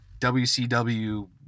WCW